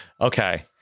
okay